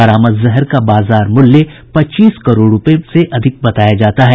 बरामद जहर का बाजार मूल्य पच्चीस करोड़ रूपये से अधिक बताया जाता है